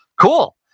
Cool